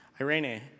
Irene